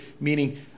meaning